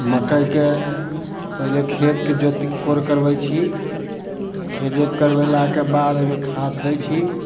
मकइके पहिले खेतके जोत कोर करबै छी खेत जोत करबेलाके बादमे खाद दै छी